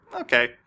Okay